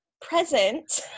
present